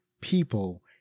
people